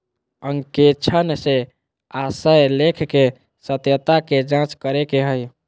अंकेक्षण से आशय लेख के सत्यता के जांच करे के हइ